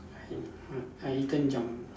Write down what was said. uh I eaten Jumbo